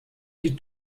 die